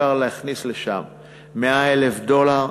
אפשר להכניס לשם 100,000 דולר,